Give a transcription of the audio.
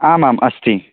आमाम् अस्ति